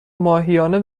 ماهیانه